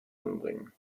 anbringen